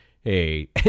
hey